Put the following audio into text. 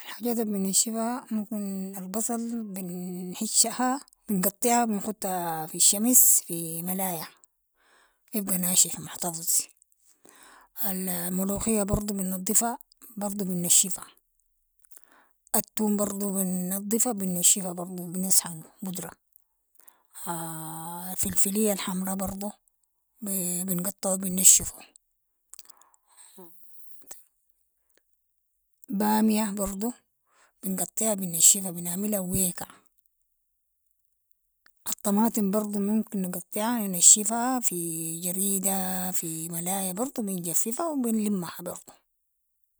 الحاجات البنشفها امكن البصل، بنحشخا بنقطعها، بنختها في الشمس في ملاية، يبقى ناشف محتفظ، الملوخية برضو بنضفها، برضو بنشفها، التوم برضوا بننضفها بنشفها برضو بنسحنو بدرة، الفلفلية الحمره برضو، بنقطعو بنشفو، بامية برضو بنقطعها بنشفها، بنعملها ويكة، الطماطم برضو ممكن نقطعها ينشفها في جريدة في ملاية برضو بنجففها و بنلمها برضو.